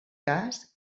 cas